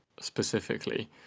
specifically